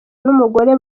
n’umugore